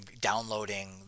downloading